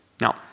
Now